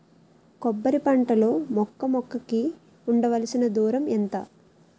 కొబ్బరి పంట లో మొక్క మొక్క కి ఉండవలసిన దూరం ఎంత